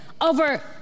over